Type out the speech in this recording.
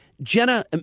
Jenna